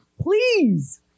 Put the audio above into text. Please